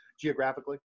geographically